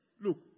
Look